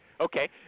Okay